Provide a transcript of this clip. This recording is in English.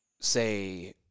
say